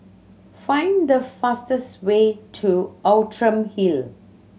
find the fastest way to Outram Hill